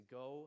go